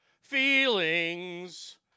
Feelings